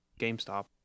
GameStop